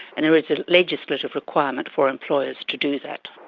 and there is a legislative requirement for employers to do that.